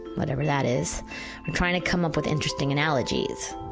whatever that is. are trying to come up with interesting analogies.